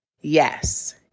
Yes